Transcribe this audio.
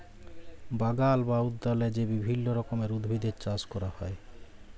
বাগাল বা উদ্যালে যে বিভিল্য রকমের উদ্ভিদের চাস ক্যরা হ্যয়